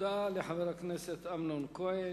תודה לחבר הכנסת אמנון כהן.